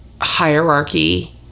hierarchy